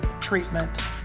treatment